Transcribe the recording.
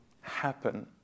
happen